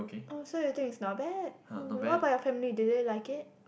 oh so you think it's not bad oh what about your family do they like it